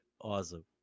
Awesome